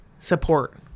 support